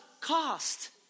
cost